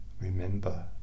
remember